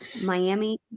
Miami